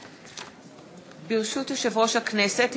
ברשות יושב-ראש הכנסת,